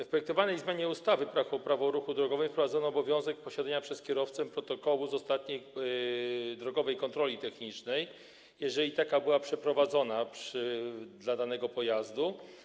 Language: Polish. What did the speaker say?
W projektowanej zmianie ustawy Prawo o ruchu drogowym wprowadzono obowiązek posiadania przez kierowcę protokołu z ostatniej drogowej kontroli technicznej, jeżeli taka była przeprowadzona w przypadku danego pojazdu.